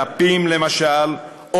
למשל דפים,